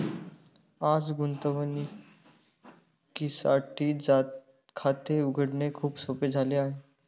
आज गुंतवणुकीसाठी खाते उघडणे खूप सोपे झाले आहे